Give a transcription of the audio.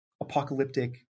apocalyptic